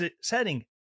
setting